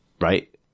Right